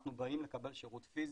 כשאנחנו באים לקבל שירות פיזי,